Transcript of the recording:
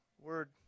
word